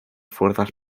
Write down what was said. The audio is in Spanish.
fuerzas